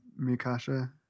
Mikasa